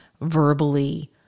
verbally